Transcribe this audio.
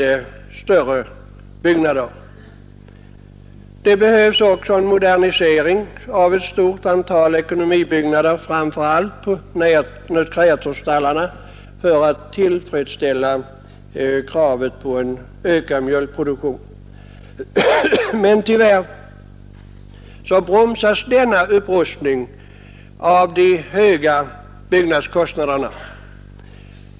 Det är också nödvändigt med en modernisering av ett stort antal ekonomibyggnader, framför allt då nötkreatursstallarna, för att tillfredsställa kravet på ökad mjölkproduktion. Men tyvärr bromsas denna upprustning av de höga byggnadskostnaderna.